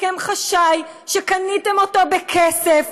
הסכם חשאי שקניתם בכסף,